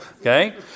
Okay